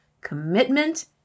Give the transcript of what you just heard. commitment